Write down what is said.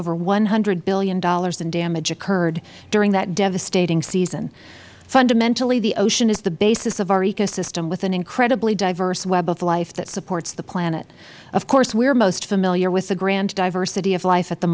over one hundred dollars billion in damage occurred during that devastating season fundamentally the ocean is the basis of our ecosystem with an incredibly diverse web of life that supports the planet of course we are most familiar with the grand diversity of life at the